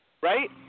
right